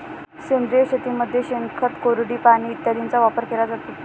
सेंद्रिय शेतीमध्ये शेणखत, कोरडी पाने इत्यादींचा वापर केला जातो